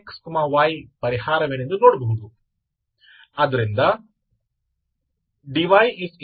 तो यह वही है जो आपको मिलता है यह आपका है